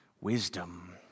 wisdom